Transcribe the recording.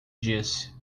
disse